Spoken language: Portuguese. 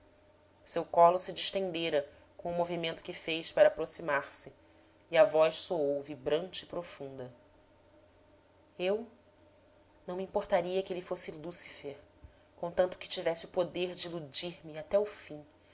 seu colo se distendera com o movimento que fez para aproximar-se e a voz soou vibrante e profunda eu não me importaria que ele fosse lúcifer contanto que tivesse o poder de iludir me até o fim